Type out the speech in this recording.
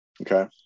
Okay